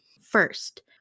First